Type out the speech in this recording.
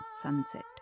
sunset